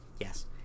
Yes